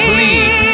Please